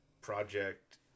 project